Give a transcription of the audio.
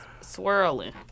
swirling